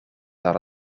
dat